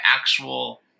actual